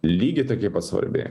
lygiai tokia pat svarbi